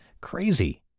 Crazy